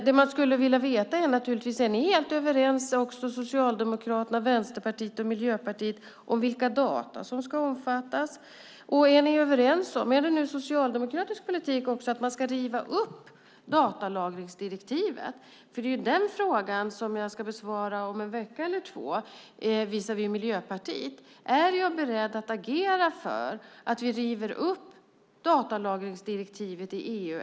Det man skulle vilja veta är ju om Socialdemokraterna, Vänsterpartiet och Miljöpartiet är helt överens om vilka data som ska omfattas. Är det nu socialdemokratisk politik att man ska riva upp datalagringsdirektivet? Det är ju den frågan från Miljöpartiet som jag ska besvara om en vecka eller två: Är jag beredd att agera för att vi river upp datalagringsdirektivet i EU?